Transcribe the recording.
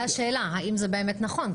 זאת השאלה - האם זה באמת נכון.